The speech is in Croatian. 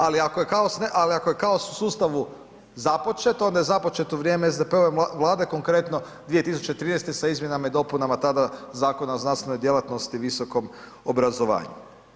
Ali, ako je kaos u sustavu započet, onda je započet u vrijeme SDP-ove Vlade, konkretno 2013. sa izmjenama i dopunama tada Zakona o znanstvenoj djelatnosti visokom obrazovanju.